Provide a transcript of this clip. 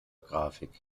grafik